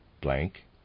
Blank